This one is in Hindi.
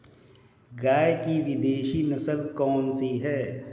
गाय की विदेशी नस्ल कौन सी है?